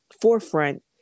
forefront